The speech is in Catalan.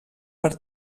per